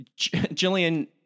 Jillian